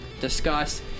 discuss